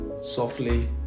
softly